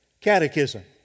Catechism